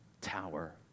tower